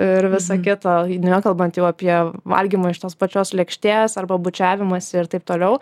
ir visa kita nekalbant jau apie valgymą iš tos pačios lėkštės arba bučiavimąsi ir taip toliau